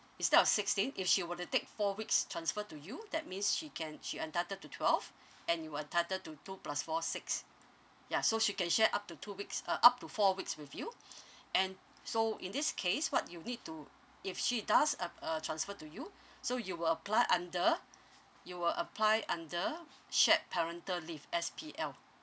instead of sixteen if she were to take four weeks transfer to you that means she can she entitled to twelve and you will entitle to two plus four six ya so she can share up to two weeks uh up to four weeks with you and so in this case what you need to if she does app~ uh transfer to you so you will apply under you will apply under shared parental leave S_P_L